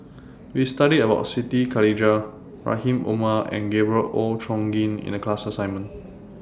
We studied about Siti Khalijah Rahim Omar and Gabriel Oon Chong Jin in The class assignment